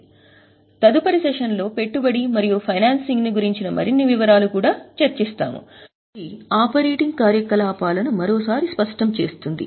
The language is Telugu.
మనము ఆపరేటింగ్ను సవరించబోతున్న తదుపరి సెషన్లో పెట్టుబడి మరియు ఫైనాన్సింగ్ను గురించిన మరిన్ని వివరాలు కూడా చూడండి ఇది ఆపరేటింగ్ కార్యకలాపాలను మరోసారి స్పష్టం చేస్తుంది